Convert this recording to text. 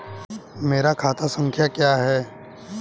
मेरा खाता संख्या क्या है?